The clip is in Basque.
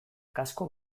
kasko